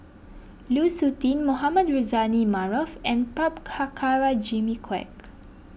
Lu Suitin Mohamed Rozani Maarof and Prabhakara Jimmy Quek